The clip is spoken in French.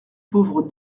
pauvre